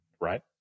right